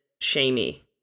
shamey